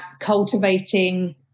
cultivating